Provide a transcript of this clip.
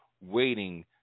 waiting